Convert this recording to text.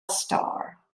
star